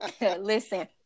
listen